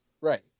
right